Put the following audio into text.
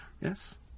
yes